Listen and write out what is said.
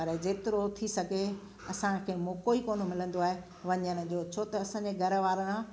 पर जेतिरो थी सघे असांखे मौक़ो ई कोन मिलंदो आहे वञण जो छो त असांजे घर वारा